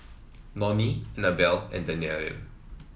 Nonie Anabelle and Danyell